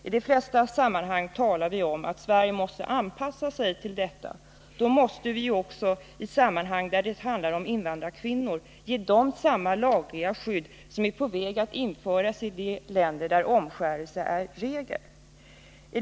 I de flesta sammanhang talar vi om att Sverige måste anpassa sig till detta. Då måste vi också i sammanhang där det 157 handlar om invandrarkvinnor ge dem samma lagliga skydd som är på väg att införas i de länder där omskärelse är regel.